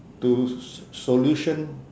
to s~ solution